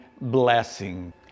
blessing